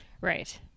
right